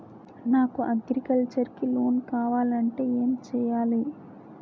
నాకు అగ్రికల్చర్ కి లోన్ కావాలంటే ఏం చేయాలి?